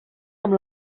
amb